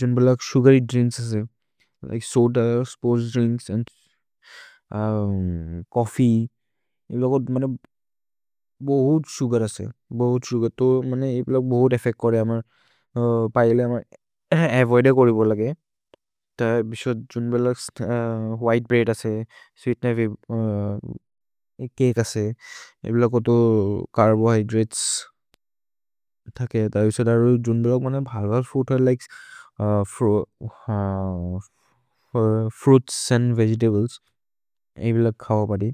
जुम्बेलग् sugary drinks असे, soda, sports drinks, coffee, जुम्बेलग् बहुत् सुगर् असे, बहुत् सुगर्, तो जुम्बेलग् बहुत् एफ्फेच्त् करे। व्हिते ब्रेअद् असे जित्ते भि चके असे, चर्बोह्य्द्रतेस् असे। फ्रुइत्स् अन्द् वेगेतब्लेस् खओ असे। जुम्बेलग् बहुत् एफ्फेच्त् करे।